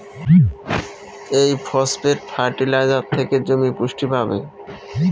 এই phosphate fertiliser থেকে জমি পুষ্টি পাবে